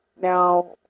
Now